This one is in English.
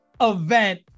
event